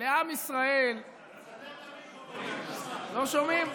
לעם ישראל, סדר את המיקרופון, לא שומעים.